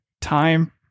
time